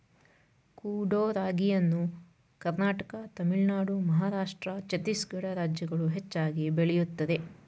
ಕೊಡೋ ರಾಗಿಯನ್ನು ಕರ್ನಾಟಕ ತಮಿಳುನಾಡು ಮಹಾರಾಷ್ಟ್ರ ಛತ್ತೀಸ್ಗಡ ರಾಜ್ಯಗಳು ಹೆಚ್ಚಾಗಿ ಬೆಳೆಯುತ್ತದೆ